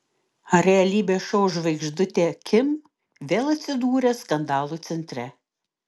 realybės šou žvaigždutė kim vėl atsidūrė skandalų centre